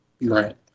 right